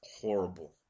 horrible